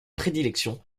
prédilection